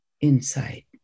insight